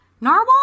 narwhal